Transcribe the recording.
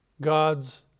God's